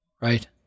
right